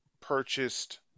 purchased